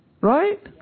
Right